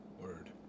Word